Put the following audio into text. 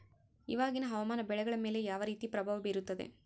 ಇವಾಗಿನ ಹವಾಮಾನ ಬೆಳೆಗಳ ಮೇಲೆ ಯಾವ ರೇತಿ ಪ್ರಭಾವ ಬೇರುತ್ತದೆ?